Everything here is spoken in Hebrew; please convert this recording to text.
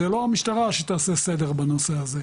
זה לא המשטרה שתעשה סדר בנושא הזה.